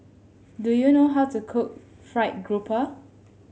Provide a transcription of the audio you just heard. do you know how to cook fried grouper